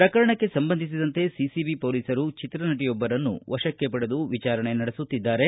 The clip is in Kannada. ಪ್ರಕರಣಕ್ಕೆ ಸಂಬಂಧಿಸಿದಂತೆ ಸಿಸಿಬಿ ಪೊಲೀಸ್ರು ಚಿತ್ರನಟಿಯೊಬ್ಬರನ್ನು ವಶಕ್ಕೆ ಪಡೆದು ವಿಚಾರಣೆ ನಡೆಸುತ್ತಿದ್ದಾರೆ